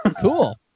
Cool